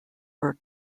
were